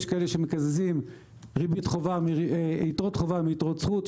יש בנקים שמקזזים יתרות חובה מיתרות זכות.